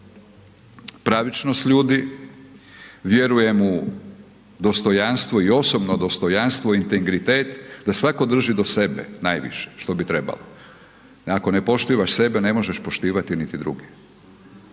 pravičnost ljudi, vjerujem u dostojanstvo i osobno dostojanstvo i integritet, da svatko drži do sebe najviše, što bi trebalo, ako ne poštivaš sebe, ne možeš poštivati niti druge.